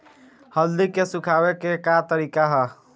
हल्दी के सुखावे के का तरीका ह?